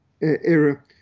era